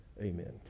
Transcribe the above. Amen